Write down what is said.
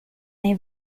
nei